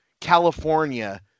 California